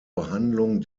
behandlung